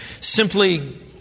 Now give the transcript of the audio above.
simply